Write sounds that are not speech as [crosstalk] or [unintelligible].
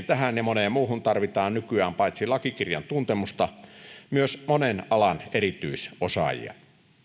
[unintelligible] tähän ja moneen muuhun tarvitaan nykyään paitsi lakikirjan tuntemusta myös monen alan erityisosaajia